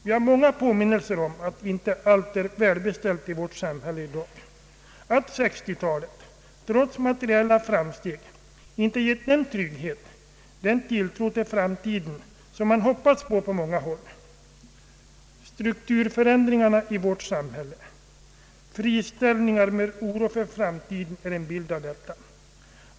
Vi har många påminnelser om att allt inte är välbeställt i vårt samhälle i dag och att 1960-talet trots materiella framsteg inte har givit den trygghet och den tilltro till framtiden som man hade förväntat på många håll. Strukturförändringarna i vårt samhälle och friställningarna med därav följande oro för framtiden är en bild av detta.